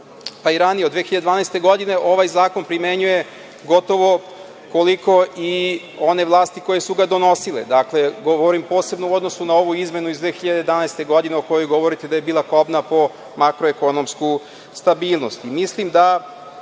pa i ranije od 2012. godine, ovaj zakon primenjuje gotovo koliko i one vlasti koje su ga donosile. Dakle, govorim posebno u odnosu na ovu izmenu iz 2011. godine, o kojoj govorite da je bila kobna po makroekonomsku stabilnost.